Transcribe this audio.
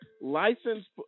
licensed